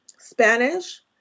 Spanish